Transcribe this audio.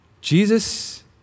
Jesus